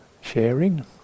Sharing